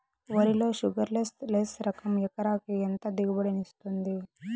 వరి లో sugarless less రకం ఎకరాకి ఎంత దిగుబడినిస్తుంది